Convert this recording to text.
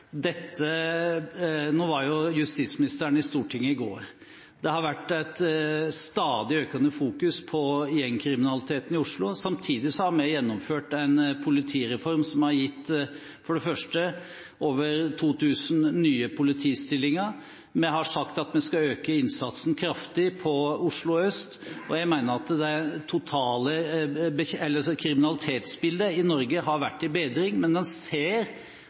Justisministeren var i Stortinget i går. Det har vært et stadig økende fokus på gjengkriminaliteten i Oslo. Samtidig har vi gjennomført en politireform som for det første har gitt over 2 000 nye politistillinger. Vi har sagt at vi skal øke innsatsen kraftig i Oslo øst. Jeg mener at det totale kriminalitetsbildet i Norge har vært i bedring, men en ser